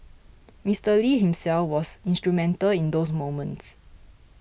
Mister Lee himself was instrumental in those moments